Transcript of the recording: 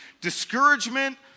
discouragement